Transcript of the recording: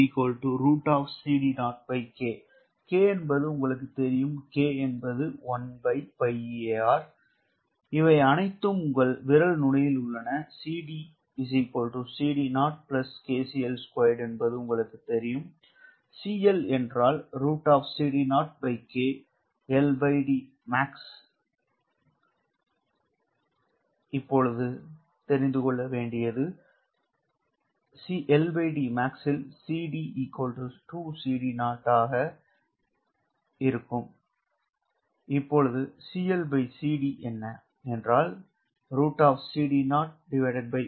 𝐶L√CD0K K என்பது உங்களுக்குத் தெரியும் 𝐾 1𝜋𝑒𝐴𝑅 இவை அனைத்தும் உங்கள் விரல் நுனியில் உள்ளன 𝐶D 𝐶D0 𝐾𝐶L 𝐶L√CD0K LDMAX 𝐶D 2𝐶D0 ஆக என்னCLCD